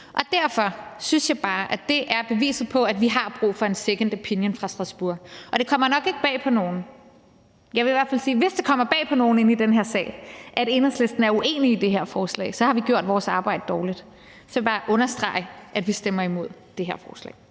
Derfor synes jeg bare, det er beviset på, at vi har brug for en second opinion fra Strasbourg. Og det kommer nok ikke bag på nogen – jeg vil i hvert fald sige, at hvis det kommer bag på nogen inde i den her sal, at Enhedslisten er uenig i det her forslag, har vi gjort vores arbejde dårligt – at jeg bare vil understrege, at vi stemmer imod det her forslag.